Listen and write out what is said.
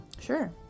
Sure